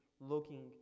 Looking